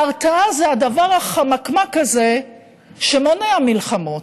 ההרתעה זה הדבר החמקמק הזה שמונע מלחמות,